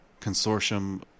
consortium